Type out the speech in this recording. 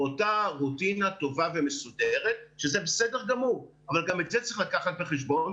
אותו במשך חודשים ועכשיו אומרים שהוא יבוא בנובמבר,